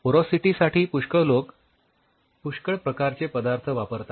porosity साठी लोक पुष्कळ प्रकारचे पदार्थ वापरतात